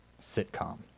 Sitcom